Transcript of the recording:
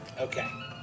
Okay